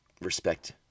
respect